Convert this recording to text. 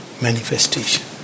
manifestation